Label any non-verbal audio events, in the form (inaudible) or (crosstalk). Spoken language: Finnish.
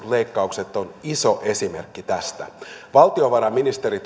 (unintelligible) leikkaukset ovat iso esimerkki tästä valtiovarainministeri (unintelligible)